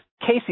Casey